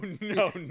no